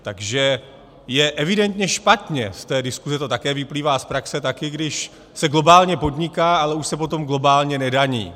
Takže je evidentně špatně, z té diskuze to také vyplývá a z praxe také, když se globálně podniká, ale už se potom globálně nedaní.